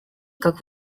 как